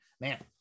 man